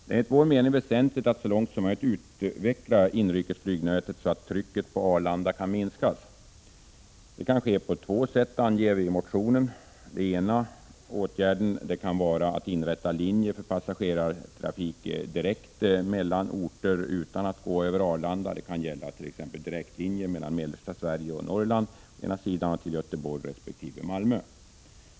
Det är enligt vår mening väsentligt att så långt som möjligt utveckla inrikesflygnätet så att trycket på Arlanda kan minskas. Vi anger i motionen att det kan ske på två sätt. Den ena åtgärden kan vara att inrätta linjer för passagerartrafik direkt mellan orter, utan att gå via Arlanda. Det kan gälla t.ex. direktlinjer från mellersta Sverige och Norrland till Göteborg resp. Malmö.